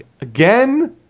again